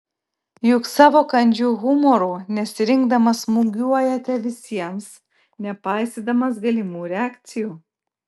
juk savo kandžiu humoru nesirinkdamas smūgiuojate visiems nepaisydamas galimų reakcijų